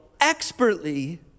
expertly